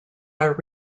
are